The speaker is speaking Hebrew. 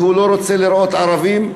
והוא לא רוצה לראות ערבים,